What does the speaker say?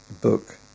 book